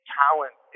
talent